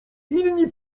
inni